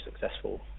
successful